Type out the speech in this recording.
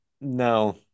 no